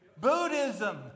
Buddhism